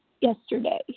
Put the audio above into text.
yesterday